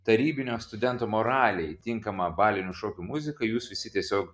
tarybinio studento moralei tinkamą balinių šokių muziką jūs visi tiesiog